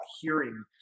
hearing